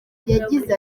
yagize